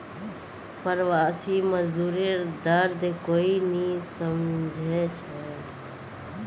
प्रवासी मजदूरेर दर्द कोई नी समझे छे